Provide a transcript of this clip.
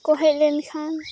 ᱠᱚ ᱦᱮᱡ ᱞᱮᱱᱠᱷᱟᱱ